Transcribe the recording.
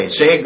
say